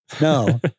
No